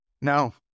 No